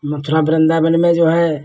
मथुरा वृन्दावन में जो है